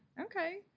Okay